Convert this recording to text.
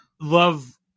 love